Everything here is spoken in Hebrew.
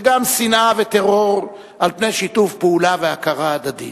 וגם שנאה וטרור, על פני שיתוף פעולה והכרה הדדית.